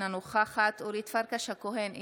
אינה נוכחת אורית פרקש הכהן,